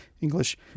English